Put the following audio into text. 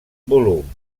volum